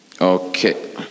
Okay